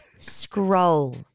scroll